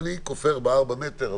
אני כופר ב-4 מטר,